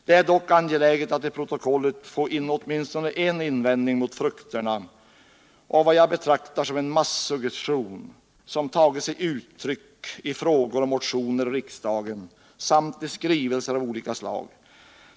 Det är dock angeläget att i protokollet få in åtminstone en invändning mot vad jag betraktar som frukten av den massuggestion som tagit sig uttryck i frågor och motioner i riksdagen samt i skrivelser av olika slag.